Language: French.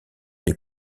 des